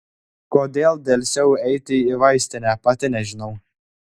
kodėl delsiau eiti į vaistinę pati nežinau